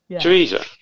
Teresa